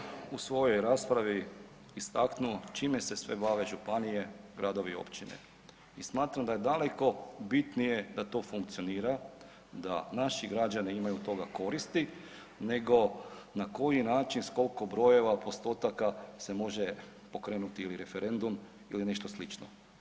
Pa gledajte, ja sam u svojoj raspravi istaknuo čime se sve bave županije, gradovi, općine i smatram da je daleko bitnije da to funkcionira, da naši građani imaju od toga koristi nego na koji način s koliko brojeva, postotaka se može pokrenuti ili referendum ili nešto slično.